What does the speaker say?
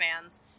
fans